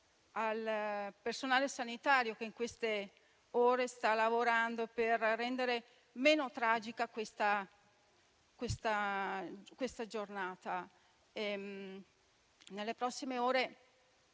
al personale sanitario, che in queste ore sta lavorando per rendere meno tragica questa giornata. Nelle prossime ore